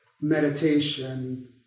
meditation